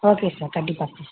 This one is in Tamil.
ஓகே சார் கண்டிப்பாக சார்